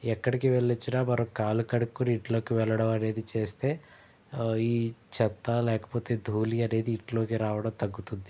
ఎక్కడికి వెళ్లి వచ్చినా మనం కాళ్ళు కడుక్కొని ఇంట్లోకి వెళ్లడమనేది చేస్తే ఈ చెత్త లేకపోతే దూళి అనేది ఇంట్లోకి రావడం తగ్గుతుంది